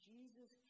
Jesus